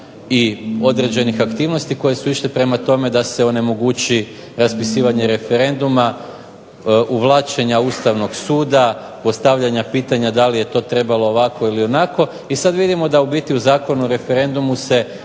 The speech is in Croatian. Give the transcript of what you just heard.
i određenih aktivnosti koje su išle prema tome da se onemogući raspisivanje referenduma, uvlačenja Ustavnog suda, postavljanja pitanja da li je to trebalo ovako ili onako. I sad vidimo da u biti u Zakonu o referendumu se